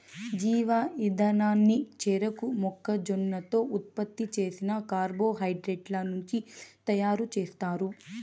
జీవ ఇంధనాన్ని చెరకు, మొక్కజొన్నతో ఉత్పత్తి చేసిన కార్బోహైడ్రేట్ల నుంచి తయారుచేస్తారు